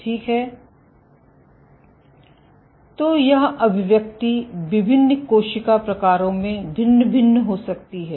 ठीक है तो यह अभिव्यक्ति विभिन्न कोशिका प्रकारों में भिन्न भिन्न हो सकती है